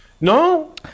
No